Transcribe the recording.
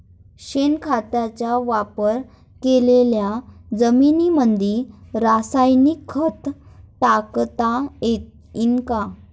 शेणखताचा वापर केलेल्या जमीनीमंदी रासायनिक खत टाकता येईन का?